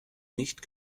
nicht